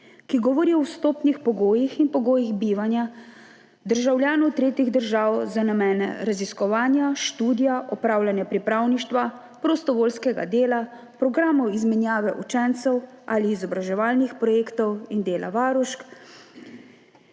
ki govori o vstopnih pogojih in pogojih bivanja državljanov tretjih držav za namene raziskovanja, študija, opravljanja pripravništva, prostovoljskega dela, programov izmenjave učencev ali izobraževalnih projektov in dela varušk.